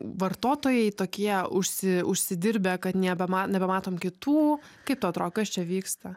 vartotojai tokie užsi užsidirbę kad nebema nebematom kitų kaip tau atrodo kas čia vyksta